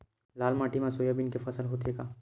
लाल माटी मा सोयाबीन के फसल होथे का?